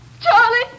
Charlie